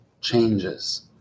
changes